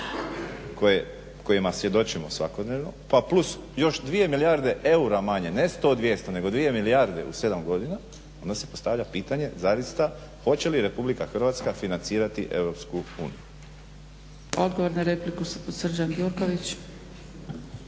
kojima svjedočimo svakodnevno, pa plus još 2 milijarde eura manje, ne 100, 200 nego 2 milijarde u 7 godina onda se postavlja pitanje zaista hoće li RH financirati EU? **Zgrebec, Dragica (SDP)** Odgovor na repliku Srđan Gjurković.